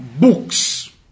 books